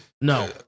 No